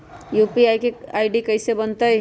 UPI के ID कैसे बनतई?